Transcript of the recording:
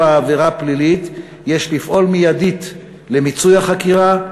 עבירה פלילית יש לפעול מיידית למיצוי החקירה,